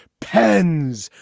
pens.